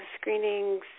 screenings